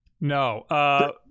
no